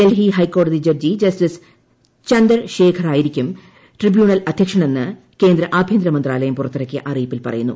ഡൽഹി ഹൈക്കോടതി judge justice ചന്ദർശേഖറായിരിക്കും tribunal അധ്യക്ഷനെന്ന് കേന്ദ്ര ആഭ്യന്തരമന്ത്രാലയം പുറത്തിറക്കിയ അറിയിപ്പിൽ പറയുന്നു